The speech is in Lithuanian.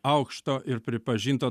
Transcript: aukšto ir pripažinto